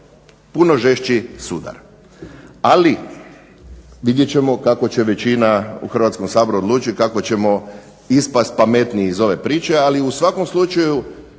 puno žešći sudar, ali vidjet ćemo kako će većina u Hrvatskom saboru odlučiti i kako ćemo ispast pametniji iz ove priče, ali u svakom slučaju